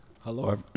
Hello